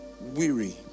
weary